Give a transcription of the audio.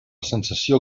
sensació